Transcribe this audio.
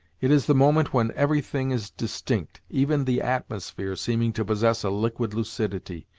it is the moment when every thing is distinct, even the atmosphere seeming to possess a liquid lucidity,